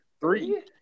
three